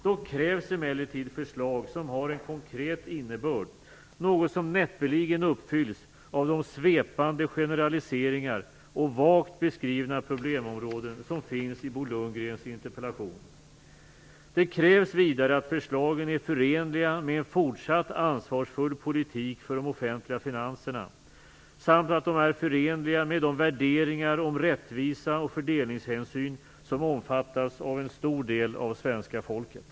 Då krävs emellertid förslag som har en konkret innebörd, något som näppeligen uppfylls av de svepande generaliseringar och vagt beskrivna problemområden som finns i Bo Lundgrens interpellation. Det krävs vidare att förslagen är förenliga med en fortsatt ansvarsfull politik för de offentliga finanserna samt att de är förenliga med de värderingar om rättvisa och fördelningshänsyn som omfattas av en stor del av svenska folket.